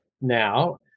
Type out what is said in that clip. now